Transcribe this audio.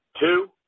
two